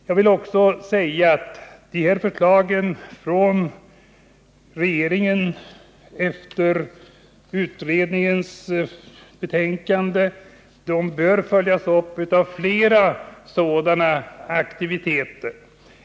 Jag vill också säga att regeringens förslag, som bygger på utredningens betänkande, bör följas upp med flera sådana aktiviteter.